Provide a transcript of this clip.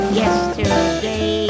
yesterday